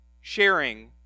sharing